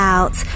Out